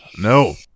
No